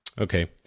Okay